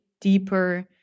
deeper